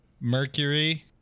Mercury